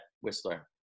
Whistler